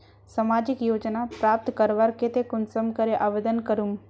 सामाजिक योजना प्राप्त करवार केते कुंसम करे आवेदन करूम?